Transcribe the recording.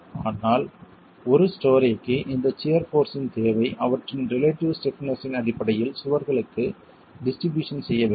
ஆனால் ஒரு ஸ்டோரேக்கு இந்த சியர் போர்ஸ்யின் தேவை அவற்றின் ரிலேட்டிவ் ஸ்டிப்னஸ் இன் அடிப்படையில் சுவர்களுக்கு டிஸ்ட்ரிபியூஷன் செய்ய வேண்டும்